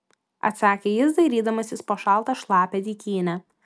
atsakė jis dairydamasis po šaltą šlapią dykynę